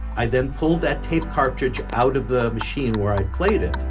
i then pulled that tape cartridge out of the machine where i played it.